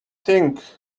think